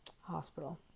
hospital